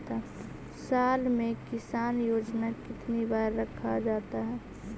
साल में किसान योजना कितनी बार रखा जाता है?